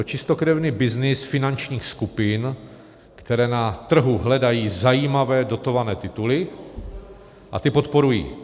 Je to čistokrevný byznys finančních skupin, které na trhu hledají zajímavé dotované tituly a ty podporují.